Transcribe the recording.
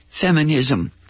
feminism